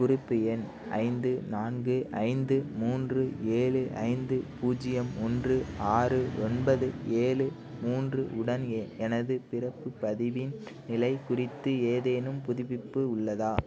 குறிப்பு எண் ஐந்து நான்கு ஐந்து மூன்று ஏழு ஐந்து பூஜ்ஜியம் ஒன்று ஆறு ஒன்பது ஏழு மூன்று உடன் எ எனது பிறப்புப் பதிவின் நிலை குறித்து ஏதேனும் புதுப்பிப்பு உள்ளதா